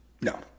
No